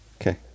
Okay